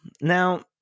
Now